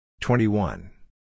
Twenty-one